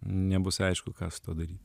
nebus aišku ką su tuo daryt